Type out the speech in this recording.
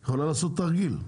היא יכולה לעשות תרגיל,